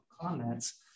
comments